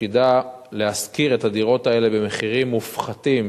שתפקידה להשכיר את הדירות האלה במחירים מופחתים,